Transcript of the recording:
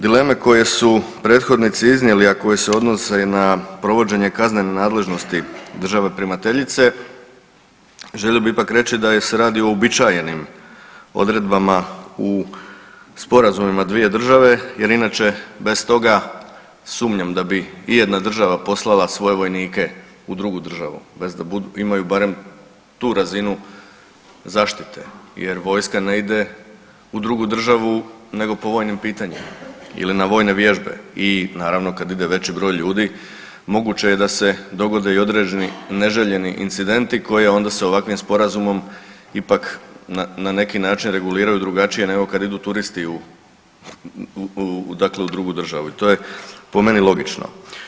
Dileme koje su prethodnici iznijeli, a koje se odnose i na provođenje kaznene nadležnosti države primateljice, želio bih ipak reći da se radi o uobičajenim odredbama u sporazumima dvije države jer inače, bez toga sumnjam da bi ijedna država poslala svoje vojnike u drugu državu bez da imaju barem tu razinu zaštite jer vojska ne ide u drugu državu nego po vojnim pitanjima ili na vojne vježbe i naravno, kad ide veći broj ljudi, moguće je da se dogode i određeni neželjeni incidenti koje onda s ovakvim Sporazumom ipak na neki način reguliraju drugačije nego kad idu turisti u, dakle u drugu državu i to je po meni logično.